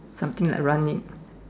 something like run leh